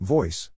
Voice